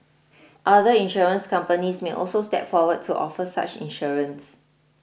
other insurance companies may also step forward to offer such insurance